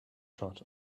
shot